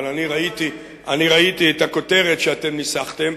אבל אני ראיתי את הכותרת שאתם ניסחתם,